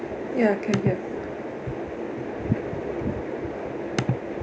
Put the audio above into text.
ya can hear